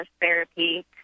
therapy